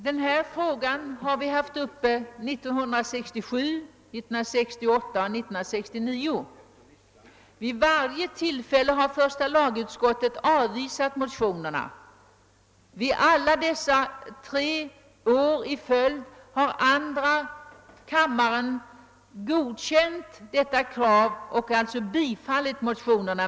Denna fråga hade vi uppe 1967, 1968 och 1969. Vid varje tillfälle avvisade första lagutskottet motionerna. Under alla dessa tre år i följd har andra kammarens majoritet godkänt detta krav och alltså bifallit motionen.